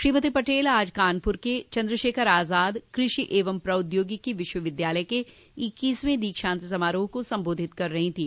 श्रीमती पटेल आज कानपुर के चन्द्रशेखर आजाद कृषि एवं प्रौद्योगिकी विश्वविद्यालय के इक्कीसवें दीक्षान्त समारोह को संबोधित कर रही थी